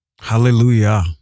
Hallelujah